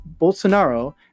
Bolsonaro